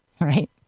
Right